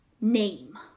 name